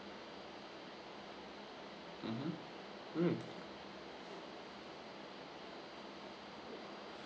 mmhmm mm